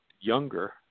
younger